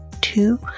two